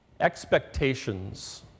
expectations